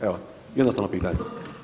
Evo, jednostavno pitanje.